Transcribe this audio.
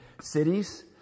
cities